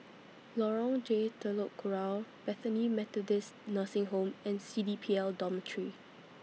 Lorong J Telok Kurau Bethany Methodist Nursing Home and C D P L Dormitory